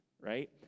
right